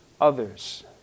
others